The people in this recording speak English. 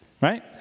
right